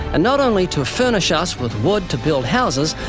and not only to furnish ah us with wood to build houses,